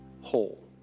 whole